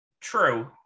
True